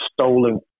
stolen